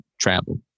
travel